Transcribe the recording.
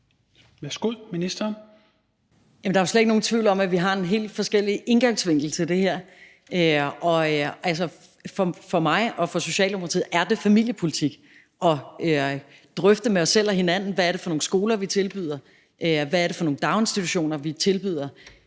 Der er slet ingen tvivl om, at vi har en helt forskellig indgangsvinkel til det her. For mig og for Socialdemokratiet er det familiepolitik at drøfte med os selv og hinanden, hvad det er for nogle skoler, vi tilbyder, hvad det er for nogle daginstitutioner, vi tilbyder,